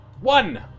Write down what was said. One